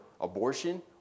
abortion